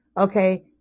okay